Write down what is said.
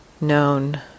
known